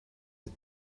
and